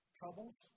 troubles